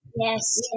Yes